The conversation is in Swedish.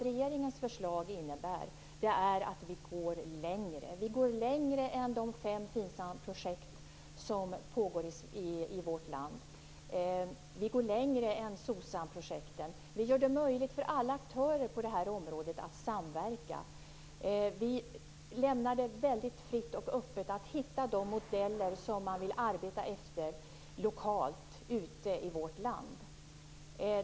Regeringens förslag innebär att vi går längre än de fem FINSAM-projekt som pågår i vårt land. Vi går längre än SOCSAM-projekten. Vi gör det möjligt för alla aktörer på detta område att samverka. Vi lämnar det mycket fritt och öppet för dem som arbetar med detta lokalt ute i vårt land att hitta de modeller som de vill arbeta efter.